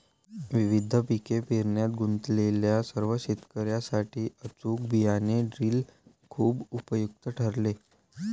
विविध पिके पेरण्यात गुंतलेल्या सर्व शेतकर्यांसाठी अचूक बियाणे ड्रिल खूप उपयुक्त ठरेल